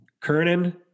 Kernan